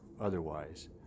otherwise